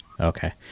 Okay